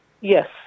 Yes